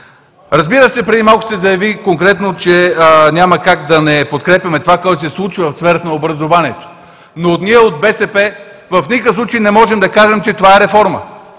Разбира се, преди малко се заяви и конкретно, че няма как да не подкрепяме това, което се случва в сферата на образованието, но ние от БСП в никакъв случай не можем да кажем, че това е реформа.